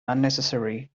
unnecessary